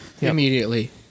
Immediately